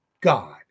God